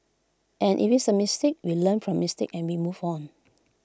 and if it's A mistake we learn from mistakes and we move on